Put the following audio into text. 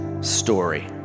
story